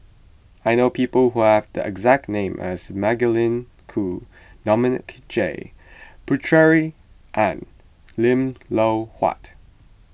I know people who have the exact name as Magdalene Khoo Dominic J Puthucheary and Lim Loh Huat